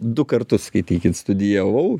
du kartus skaitykit studijavau